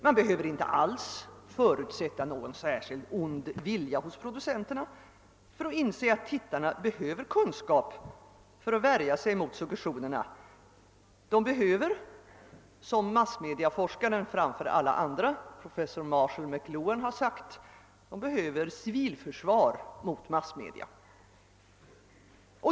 Man behöver inte ens förutsätta någon särskilt ond vilja hos producenterna för att inse att tittarna behöver kunskap för att värja sig mot suggestionerna, eller — som massmediaforskaren framför alla andra, professor Marshall McLuhan har uttryckt det — civilförsvar mot massmedia.